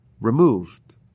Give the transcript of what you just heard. removed